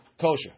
kosher